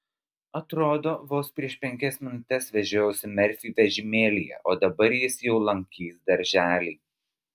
atrodo vos prieš penkias minutes vežiojausi merfį vežimėlyje o dabar jis jau lankys darželį